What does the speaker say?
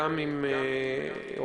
גם עם המשנה ליועץ המשפטי,